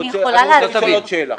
אני רוצה לשאול עוד שאלה.